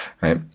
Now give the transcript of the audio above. right